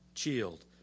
shield